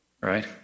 right